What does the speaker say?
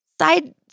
Side